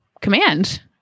command